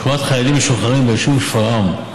שכונת חיילים משוחררים ביישוב שפרעם.